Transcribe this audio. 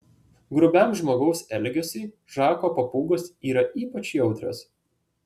grubiam žmogaus elgesiui žako papūgos yra ypač jautrios